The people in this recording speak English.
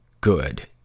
good